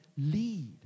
lead